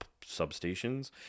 substations